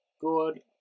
Good